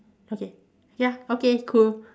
okay ya okay cool